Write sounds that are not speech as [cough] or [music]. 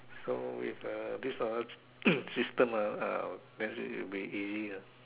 so if uh this a [coughs] system ah ah will be easy lah